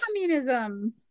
Communism